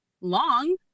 long